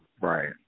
Right